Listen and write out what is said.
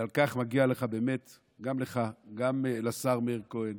ועל כך מגיע לך, באמת, גם לך, גם לשר מאיר כהן